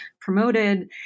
promoted